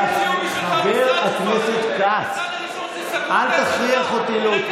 לפני יומיים התחננת אליו לתפקיד.